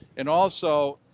and also,